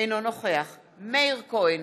אינו נוכח מאיר כהן,